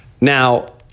Now